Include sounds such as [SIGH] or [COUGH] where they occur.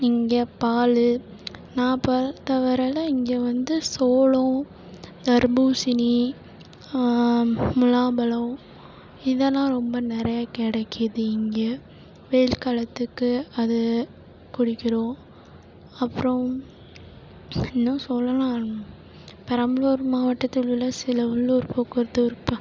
இங்கே பால் நான் பார்த்த வரையில் இங்கே வந்து சோளம் தர்பூசணி முலாம்பழம் இதெல்லாம் ரொம்ப நிறையா கிடைக்கிது இங்கே வெயில் காலத்துக்கு அது குடிக்கிறோம் அப்புறம் இன்னும் சொல்லலாம் பெரம்பலூர் மாவட்டத்தில் உள்ள சில உள்ளூர் போக்குவரத்து [UNINTELLIGIBLE]